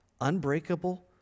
unbreakable